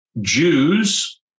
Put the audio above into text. Jews